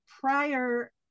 prior